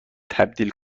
تبدیل